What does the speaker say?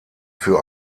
für